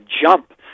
jump